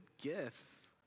gifts